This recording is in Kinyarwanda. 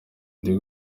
ndi